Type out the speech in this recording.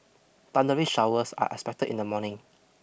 thundery showers are expected in the morning